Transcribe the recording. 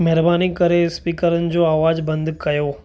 महिरबानी करे स्पीकरनि जो आवाज़ु बंदि कयो